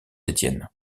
étienne